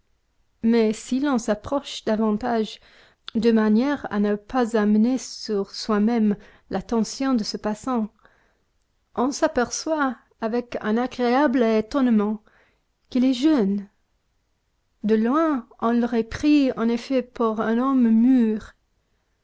mais si l'on s'approche davantage de manière à ne pas amener sur soi-même l'attention de ce passant on s'aperçoit avec un agréable étonnement qu'il est jeune de loin on l'aurait pris en effet pour un homme mûr